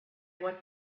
what